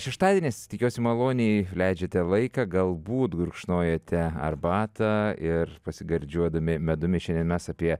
šeštadienis tikiuosi maloniai leidžiate laiką galbūt gurkšnojate arbatą ir pasigardžiuodami medumi šiandien mes apie